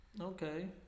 Okay